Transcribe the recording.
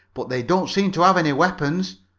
but they don't seem to have any weapons!